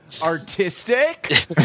Artistic